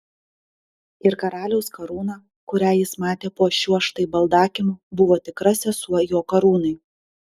ir karaliaus karūna kurią jis matė po šiuo štai baldakimu buvo tikra sesuo jo karūnai